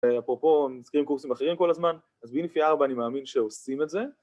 ‫אפרופו, הם מזכירים ‫קורסים אחרים כל הזמן, ‫אז באינפי ארבע אני מאמין ‫שעושים את זה.